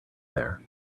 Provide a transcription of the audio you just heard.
there